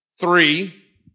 Three